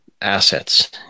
assets